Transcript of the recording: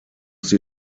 sie